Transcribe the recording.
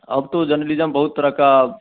अब तो जर्नलिज्म बहुत तरह का